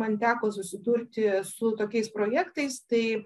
man teko susidurti su tokiais projektais tai